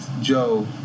Joe